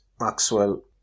Maxwell